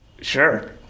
sure